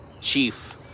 chief